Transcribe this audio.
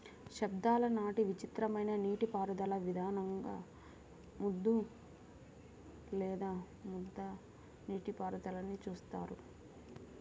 శతాబ్దాల నాటి విచిత్రమైన నీటిపారుదల విధానంగా ముద్దు లేదా ముద్ద నీటిపారుదలని చూస్తారు